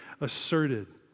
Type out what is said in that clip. asserted